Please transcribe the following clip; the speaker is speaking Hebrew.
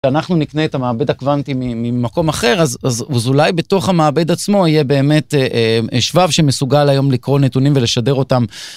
אנחנו נקנה את המעבד הקוואנטי ממקום אחר אז אולי בתוך המעבד עצמו יהיה באמת שבב שמסוגל היום לקרוא נתונים ולשדר אותם.